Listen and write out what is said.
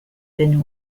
been